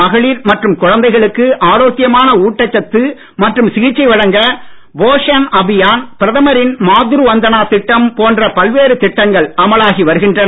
மகளிர் மற்றும் குழந்தைகளுக்கு ஆரோக்யமான ஊட்டச்சத்து மற்றும் சிகிச்சை வழங்க போஷண் அபியான் பிரதமரின் மாத்ரு வந்தனா திட்டம் போன்ற பல்வேறு திட்டங்கள் அமலாகி வருகின்றன